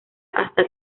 hasta